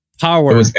power